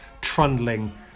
trundling